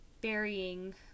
burying